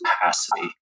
capacity